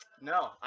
no